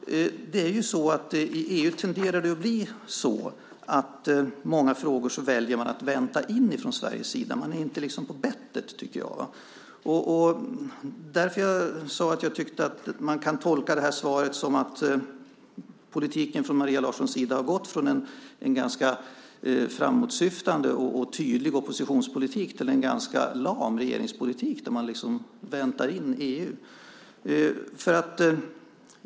I EU tenderar det att bli så att man i många frågor väljer att vänta in från Sveriges sida. Man är inte på bettet, tycker jag. Jag sade att man kan tolka det här svaret som att politiken från Maria Larssons sida har gått från en ganska framåtsyftande och tydlig oppositionspolitik till en ganska lam regeringspolitik där man väntar in EU.